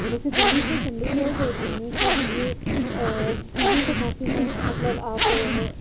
ویسے دلی سے چنڈی گڑھ جانے کے لیے چیزیں تو کافی ہیں مطلب آپ